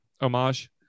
homage